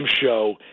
show